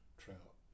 trout